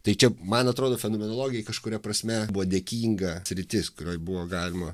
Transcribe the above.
tai čia man atrodo fenomenologija ji kažkuria prasme buvo dėkinga sritis kurioj buvo galima